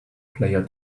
player